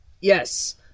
Yes